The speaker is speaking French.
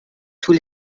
tous